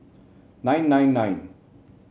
nine nine nine